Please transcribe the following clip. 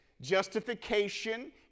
justification